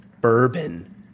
bourbon